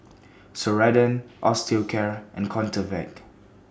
Ceradan Osteocare and